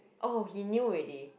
oh he knew already